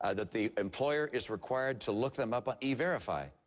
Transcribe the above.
ah that the employer is required to look them up on e verify.